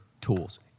tools